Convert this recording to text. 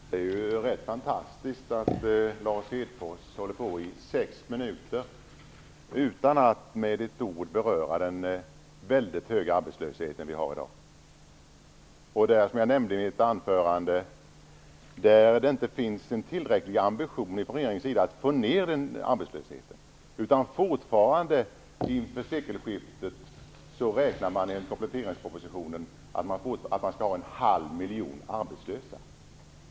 Fru talman! Det är rätt fantastiskt att Lars Hedfors talar i sex minuter utan att med ett ord beröra den väldigt höga arbetslöshet som vi har i dag. Som jag nämnde i mitt anförande finns det inte en tillräcklig ambition från regeringens sida att få ned arbetslösheten. Fortfarande räknar man i kompletteringspropositionen med att vid sekelskiftet ha en halv miljon arbetslösa.